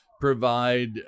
provide